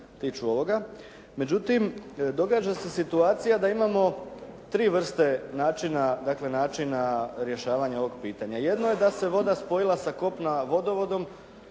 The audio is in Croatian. tiču ovoga. Međutim, događa se situacija da imamo tri vrste načina rješavanja ovog pitanja. Jedno je da se voda spojila sa kopna vodovodom